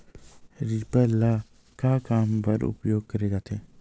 Reaper ल का काम बर उपयोग करे जाथे?